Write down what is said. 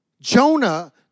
Jonah